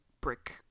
brick